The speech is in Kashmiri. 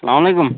سلام علیکُم